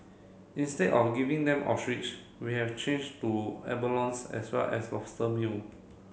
instead of giving them ostrich we have changed to abalones as well as lobster meal